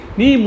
ni